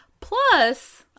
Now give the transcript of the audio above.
Plus